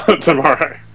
tomorrow